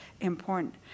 important